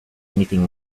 anything